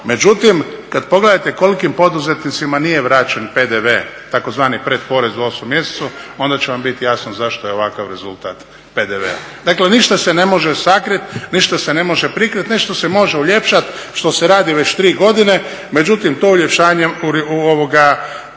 Međutim, kad pogledate kolikim poduzetnicima nije vraćen PDV, tzv predporez, u 8. mjesecu, onda će vam biti jasno zašto je ovakav rezultat PDV-a. Dakle, ništa se ne može sakriti, ništa se ne može prikriti, nešto se može uljepšati što se radi već 3 godine, međutim, to uljepšanje nas